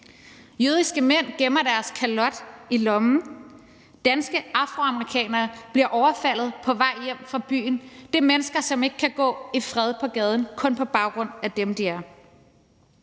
Jødiske mænd gemmer deres kalot i lommen. Danske afroamerikanere bliver overfaldet på vej hjem fra byen. Det er mennesker, som ikke kan gå i fred på gaden, kun på grund af at de er